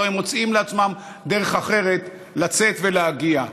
הם מוצאים לעצמם דרך אחרת לצאת ולהגיע.